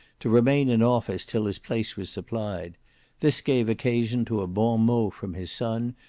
to remain in office till his place was supplied this gave occasion to a bon mot from his son,